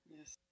Yes